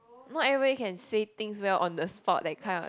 not everybody can says things well on the spot that kind what